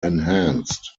enhanced